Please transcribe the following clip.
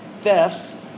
thefts